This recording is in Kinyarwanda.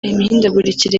imihindagurikire